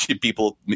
people